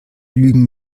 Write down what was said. lügen